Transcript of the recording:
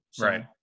Right